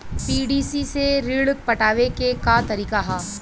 PDC से ऋण पटावे के का तरीका ह?